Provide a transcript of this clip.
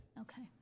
Okay